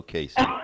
Casey